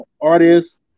artists